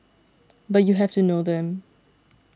but you have to know them